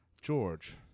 George